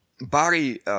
Barry